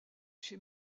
chez